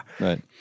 Right